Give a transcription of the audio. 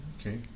okay